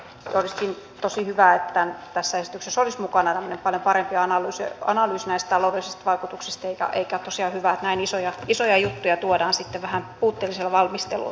olisikin tosi hyvä että tässä esityksessä olisi mukana tämmöinen paljon parempi analyysi näistä taloudellisista vaikutuksista eikä tosiaan ole hyvä että näin isoja juttuja tuodaan sitten vähän puutteellisella valmistelulla